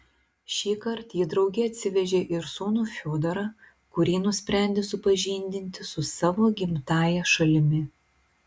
šįkart ji drauge atsivežė ir sūnų fiodorą kurį nusprendė supažindinti su savo gimtąja šalimi